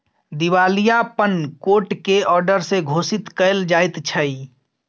दिवालियापन कोट के औडर से घोषित कएल जाइत छइ